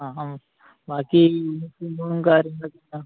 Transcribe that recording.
ആഹം ബാക്കി യൂണിഫോമും കാര്യങ്ങളൊക്കെ എങ്ങനെയാണ്